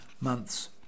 months